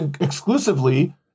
exclusively